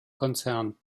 konzern